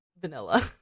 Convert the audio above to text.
vanilla